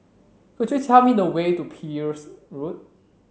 could you tell me the way to Peel road